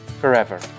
forever